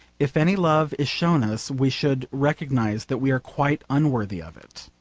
if any love is shown us we should recognise that we are quite unworthy of it.